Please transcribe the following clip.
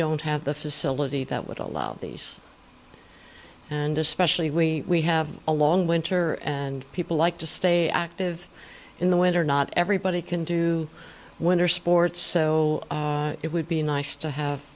don't have the facility that would allow these and especially we have a long winter and people like to stay active in the winter not everybody can do winter sports so it would be nice to have